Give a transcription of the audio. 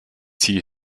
tier